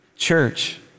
Church